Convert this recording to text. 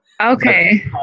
okay